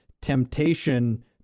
temptation